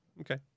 Okay